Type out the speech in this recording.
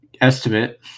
estimate